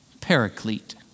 paraclete